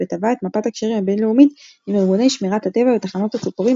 וטווה את מפת הקשרים הבינ"ל עם ארגוני שמירת הטבע ותחנות הציפורים,